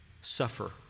suffer